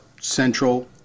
central